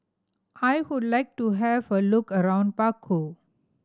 I would like to have a look around Baku